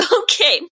Okay